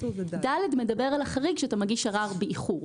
סעיף (ד) מדבר על החריג כשאתה מגיש ערר באיחור.